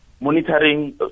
monitoring